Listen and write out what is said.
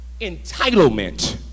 Entitlement